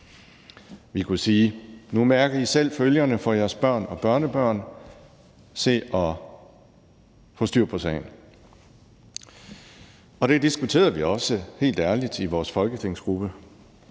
Vi kunne sige: Nu mærker I selv følgerne for jeres børn og børnebørn. Se at få styr på sagen. Det diskuterede vi også helt ærligt i vores folketingsgruppe,